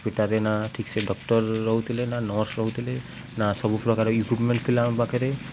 ହସ୍ପିଟାଲରେ ନା ଠିକ୍ ସେ ଡକ୍ଟର ରହୁଥିଲେ ନା ନର୍ସ ରହୁଥିଲେ ନା ସବୁ ପ୍ରକାର ଇକ୍ୟୁପମେଣ୍ଟ ଥିଲା ଆମ ପାଖରେ